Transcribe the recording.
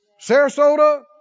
Sarasota